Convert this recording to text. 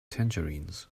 tangerines